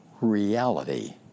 reality